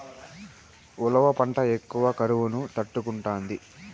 ఉలవల పంట ఎక్కువ కరువును తట్టుకుంటాది